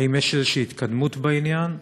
האם יש התקדמות בעניין?